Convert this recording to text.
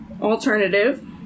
alternative